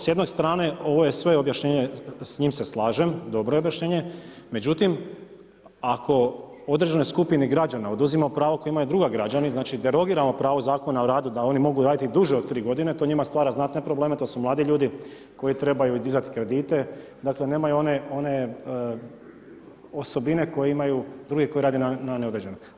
S jedne strane ovo je sve objašnjenje s njim se slažem, dobro je objašnjenje, međutim ako određenoj skupini građana oduzimamo pravo koja imaju drugi građani, znači derogiramo pravo Zakona o radu da oni mogu raditi duže od tri godine, to njima stvara znatne probleme, to su mladi ljudi koji trebaju dizati kredite, dakle nemaju one osobine koje imaju drugi koji rade na neodređeno.